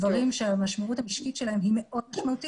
שהמשמעות המשקית שלהם היא מאוד משמעותית